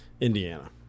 Indiana